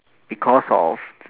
because of